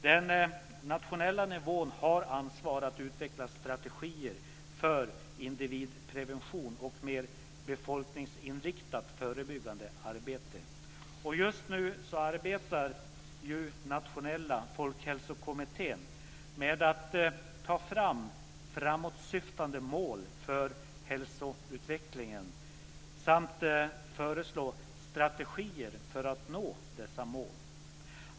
Den nationella nivån har ansvar för att utveckla strategier för individprevention och mer befolkningsinriktat förebyggande arbete. Just nu arbetar Nationella folkhälsokommittén med att ta fram framåtsyftande mål för hälsoutvecklingen samt föreslå strategier för att nå dessa mål.